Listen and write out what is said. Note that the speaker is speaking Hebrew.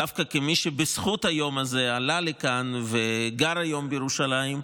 דווקא כמי שבזכות היום הזה עלה לכאן וגר היום בירושלים,